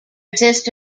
exist